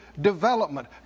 development